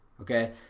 okay